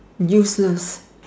useless